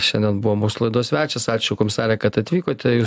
šiandien buvo mūsų laidos svečias ačiū komisare kad atvykote jūs